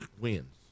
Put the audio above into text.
wins